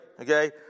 Okay